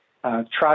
trust